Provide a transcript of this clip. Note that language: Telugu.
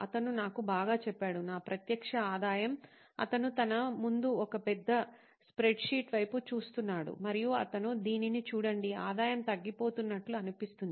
అతను నాకు బాగా చెప్పాడు నా ప్రత్యక్ష ఆదాయం అతను తన ముందు ఒక పెద్ద స్ప్రెడ్షీట్ వైపు చూస్తున్నాడు మరియు అతను దీనిని చూడండి ఆదాయం తగ్గిపోతున్నట్లు అనిపిస్తుంది